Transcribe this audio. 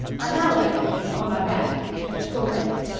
i now lay upon my back, and at full length,